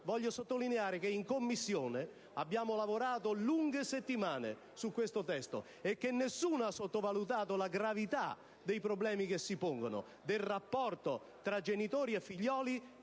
voglio sottolineare che in Commissione abbiamo lavorato per lunghe settimane su questo testo e che nessuno ha sottovalutato la gravità dei problemi che si pongono, del rapporto tra genitori e figli.